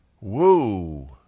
woo